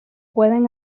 pueden